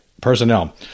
personnel